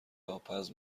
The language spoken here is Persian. آبپز